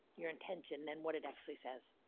your intention, than what it actually says.